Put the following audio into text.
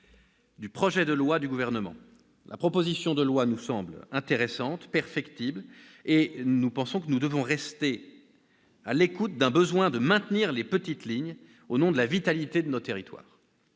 du projet de loi du Gouvernement. La proposition de loi nous semble intéressante, perfectible. Il nous paraît ainsi nécessaire de prendre en compte le besoin de maintenir les petites lignes au nom de la vitalité de nos territoires.